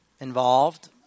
involved